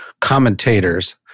commentators